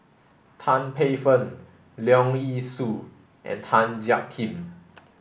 Tan Paey Fern Leong Yee Soo and Tan Jiak Kim